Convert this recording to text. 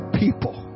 people